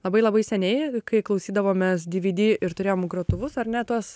labai labai seniai kai klausydavomės dyvydy ir turėjom grotuvus ar ne tuos